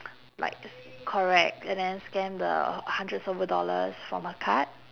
like s~ correct and then scam the hundreds over dollars from her card